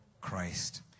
Christ